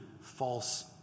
false